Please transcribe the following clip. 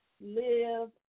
live